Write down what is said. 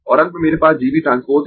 और अंत में मेरे पास G B ट्रांसपोज है